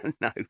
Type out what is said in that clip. No